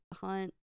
hunt